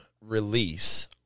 release